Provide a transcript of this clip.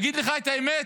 להגיד לך את האמת?